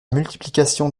multiplication